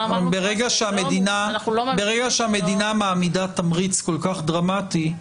אבל ברגע שהמדינה מעמידה תמריץ כל כך דרמטי,